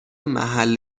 محل